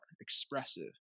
expressive